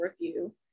review